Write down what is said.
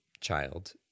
child